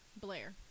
Blair